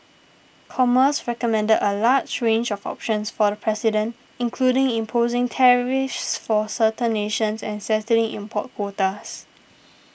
commerce recommended a large range of options for the president including imposing tariffs for certain nations and setting import quotas